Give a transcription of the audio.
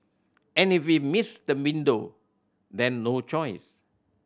and if we miss the window then no choice